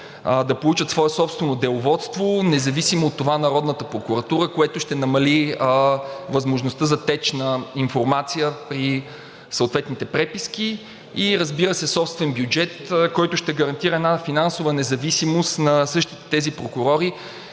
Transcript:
да получат свое собствено деловодство, независимо от това на родната прокуратура, което ще намали възможността за теч на информация при съответните преписки и, разбира се, собствен бюджет, който ще гарантира една финансова независимост на същите тези прокурори